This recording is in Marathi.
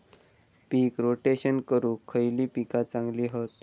पीक रोटेशन करूक खयली पीका चांगली हत?